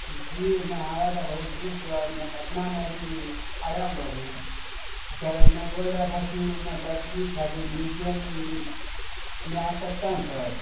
جی میں آیا تھا بہت دور سے اور میں پٹنہ میں ابھی آیا ہوا ہوں سر میں بول رہا تھا کہ میں کرپوری ٹھاکر میوجیم میں آ سکتا ہوں سر